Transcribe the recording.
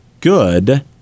good